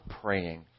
praying